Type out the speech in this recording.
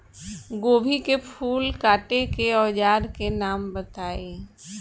गोभी के फूल काटे के औज़ार के नाम बताई?